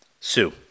Sue